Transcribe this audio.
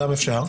גם אפשר,